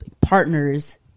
partners